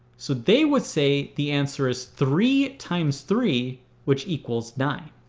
so they would say the answer is three times three which equals nine.